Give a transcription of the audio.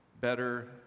better